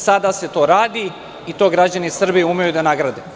Sada se to radi i to građani Srbije umeju da nagrade.